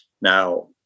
Now